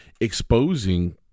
exposing –